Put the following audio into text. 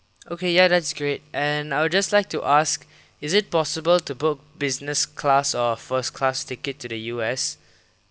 okay ya that's great and I would just like to ask is it possible to book business class or first class ticket to the U_S